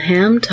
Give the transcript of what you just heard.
Ham